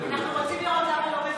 אנחנו רוצים לראות למה לא מבטחים.